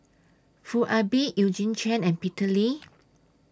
Foo Ah Bee Eugene Chen and Peter Lee